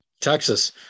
Texas